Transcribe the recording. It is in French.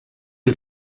est